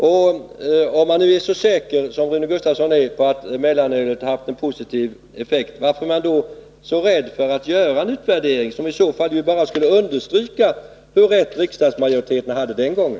Är man som Rune Gustavsson så säker på att mellanölsförbudet har haft en positiv effekt blir frågan: Varför då denna rädsla för att göra en utvärdering, som i så fall ju bara skulle understryka hur rätt riksdagsmajoriteten hade tidigare?